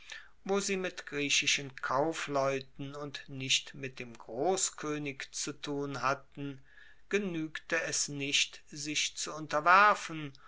wo sie mit griechischen kaufleuten und nicht mit dem grosskoenig zu tun hatten genuegte es nicht sich zu unterwerfen